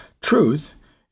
Truth